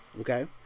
Okay